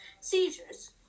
seizures